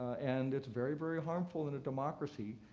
and it's very very harmful in a democracy,